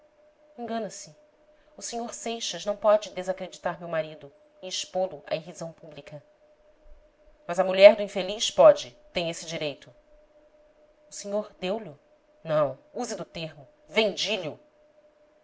engana-se o sr seixas não pode desacreditar meu marido e expô lo à irrisão pública mas a mulher do infeliz pode tem esse direito o senhor deu lho não use do termo